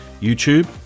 YouTube